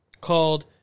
called